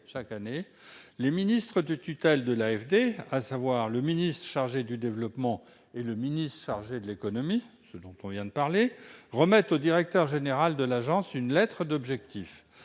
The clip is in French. chaque année, les ministres de tutelle de l'AFD- le ministre chargé du développement et le ministre chargé de l'économie -remettent au directeur général de l'Agence une lettre d'objectifs.